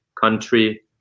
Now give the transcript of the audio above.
country